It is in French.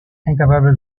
incapable